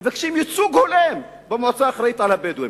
מבקשים ייצוג הולם במועצה האחראית לבדואים.